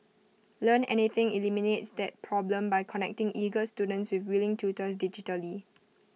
Learn Anything eliminates that problem by connecting eager students with willing tutors digitally